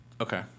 Okay